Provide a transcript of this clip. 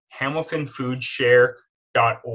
hamiltonfoodshare.org